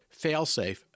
failsafe